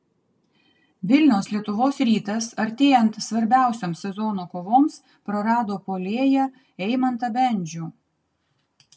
vilniaus lietuvos rytas artėjant svarbiausioms sezono kovoms prarado puolėją eimantą bendžių